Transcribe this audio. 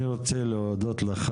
אני רוצה להודות לך.